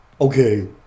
Okay